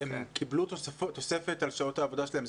הם קיבלו תוספת על שעות העבודה שלהם.